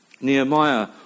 Nehemiah